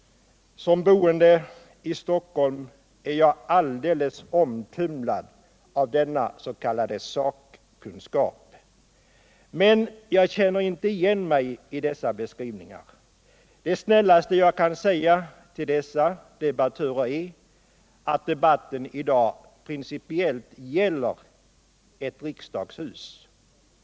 Som boende i Stockholm är jag alldeles omtumlad av denna s.k. sakkunskap. Men jag känner inte igen mig i dessa beskrivningar. Det snällaste jag kan säga till dessa debattörer är att debatten i dag principiellt gäller ett riksdagshus.